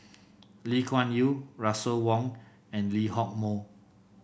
Lee Kuan Yew Russel Wong and Lee Hock Moh